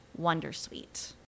wondersuite